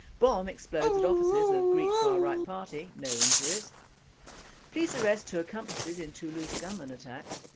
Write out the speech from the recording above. bomb explodes at offices of greek far-right party, no injuries police arrest two accomplices in toulouse gunman attacks